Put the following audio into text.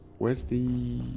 where's the